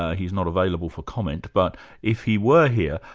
ah he's not available for comment, but if he were here,